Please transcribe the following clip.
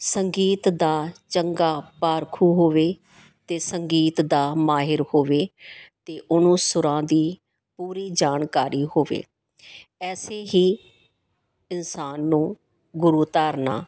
ਸੰਗੀਤ ਦਾ ਚੰਗਾ ਪਾਰਖੂ ਹੋਵੇ ਅਤੇ ਸੰਗੀਤ ਦਾ ਮਾਹਿਰ ਹੋਵੇ ਅਤੇ ਉਹਨੂੰ ਸੁਰਾਂ ਦੀ ਪੂਰੀ ਜਾਣਕਾਰੀ ਹੋਵੇ ਐਸੇ ਹੀ ਇਨਸਾਨ ਨੂੰ ਗੁਰੂ ਧਾਰਨਾ